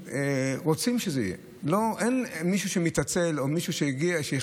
ואחרי זה רואים 30 ו-34 רכבות או 36 רכבות,